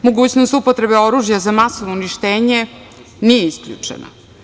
Mogućnost upotrebe oružja za masovno uništenje nije isključeno.